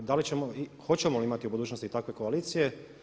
Da li ćemo i hoćemo li imati u budućnosti takve koalicije.